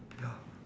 ya